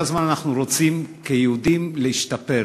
כל הזמן אנחנו רוצים כיהודים להשתפר,